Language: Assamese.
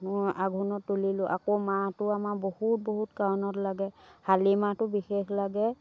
মোৰ আঘোণত তুলিলোঁ আকৌ মাহটো আমাৰ বহুত বহুত কাৰণত লাগে শালি মাহটো বিশেষ লাগে